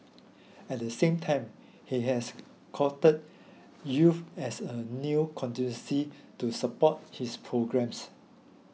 at the same time he has courted youth as a new constituency to support his programmes